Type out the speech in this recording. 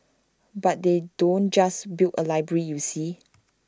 but they don't just build A library you see